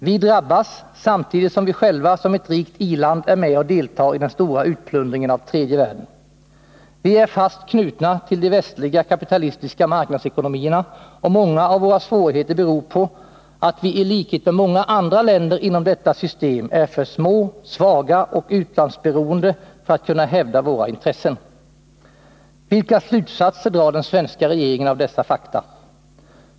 Vi drabbas, samtidigt som vi själva som ett rikt i-land är med och deltar i den stora utplundringen av tredje världen. Vi är fast knutna till de västliga, kapitalistiska marknadsekonomierna, och många av våra svårigheter beror på att vi i likhet med många andra länder inom detta system är för små, svaga och utlandsberoende för att kunna hävda våra intressen. Vilka slutsatser drar den svenska regeringen av dessa fakta?